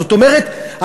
זאת אומרת,